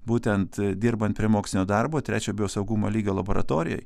būtent dirbant prie mokslinio darbo trečiojo biosaugumo lygio laboratorijoj